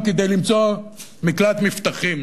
וגם כדי למצוא מקלט מבטחים,